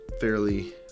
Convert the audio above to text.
fairly